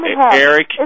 Eric